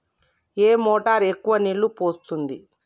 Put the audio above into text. ఏ motor ఎక్కువ నీళ్లు పోస్తుంది?